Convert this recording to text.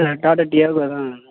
tata DRO தான்